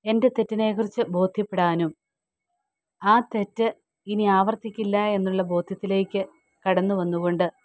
എൻ്റെ തെറ്റിനെക്കുറിച്ച് ബോധ്യപ്പെടാനും ആ തെറ്റ് ഇനി ആവർത്തിക്കില്ല എന്നുള്ള ബോധ്യത്തിലേക്ക് കടന്നു വന്നുകൊണ്ട്